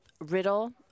Riddle